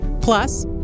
Plus